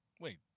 wait